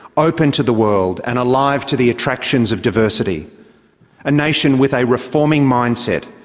open to the world and alive to the attractions of diversity a nation with a reforming mindset,